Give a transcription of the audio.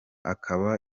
akaba